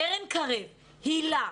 קרן קרב, היל"ה,